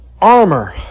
Armor